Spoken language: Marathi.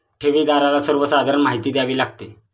ठेवीदाराला सर्वसाधारण माहिती द्यावी लागते